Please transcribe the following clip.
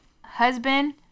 Husband